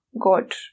God